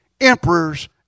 emperors